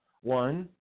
One